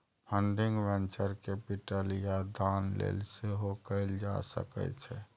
funding venture capital या दान लेल सेहो कएल जा सकै छै